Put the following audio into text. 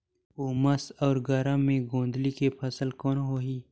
उमस अउ गरम मे गोंदली के फसल कौन होही?